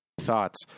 Thoughts